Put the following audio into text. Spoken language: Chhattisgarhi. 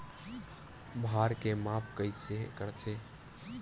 भार के माप कइसे करथे?